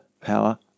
power